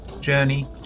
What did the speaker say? journey